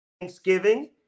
Thanksgiving